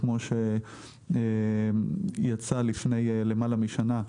כמו שיצא לפני למעלה משנה,